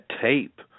tape